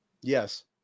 Yes